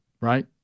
Right